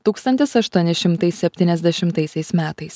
tūkstantis aštuoni šimtai septyniasdešimtaisiais metais